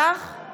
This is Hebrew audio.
אני